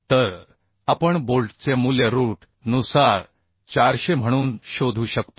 तर आपण बोल्टचे मूल्य रूट नुसार 400 म्हणून शोधू शकतो